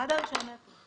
עד ה-1 באפריל.